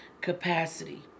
capacity